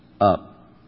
up